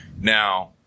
Now